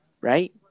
right